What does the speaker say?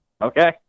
Okay